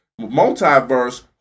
Multiverse